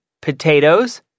potatoes